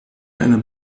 eine